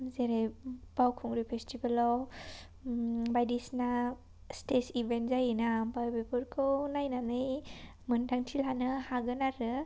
जेरै बावखुंग्रि फेस्टिभेलआव बायदिसिना स्टेज इभेन्ट जायोना आमफाय बेफोरखौ नायनानै मोन्दांथि लानो हागोन आरो